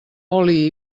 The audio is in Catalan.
oli